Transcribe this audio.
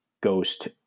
ghost